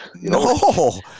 No